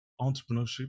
entrepreneurship